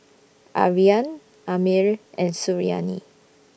Aryan Ammir and Suriani